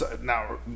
Now